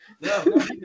No